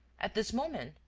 at this moment,